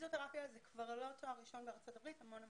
פיזיותרפיה זה כבר לא תואר ראשון בארצות הברית הרבה שנים.